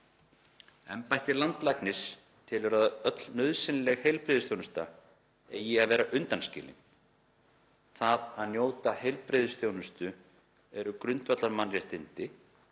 Embætti landlæknis telur að öll nauðsynleg heilbrigðisþjónusta eigi að vera undanskilin. Það að njóta heilbrigðisþjónustu eru grundvallarmannréttindi